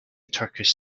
turkish